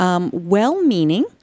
well-meaning